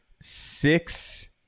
six